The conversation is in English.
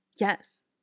Yes